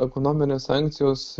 ekonominės sankcijos